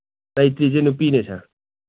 ꯂꯩꯇ꯭ꯔꯤꯁꯦ ꯅꯨꯄꯤꯅꯦ ꯁꯥꯔ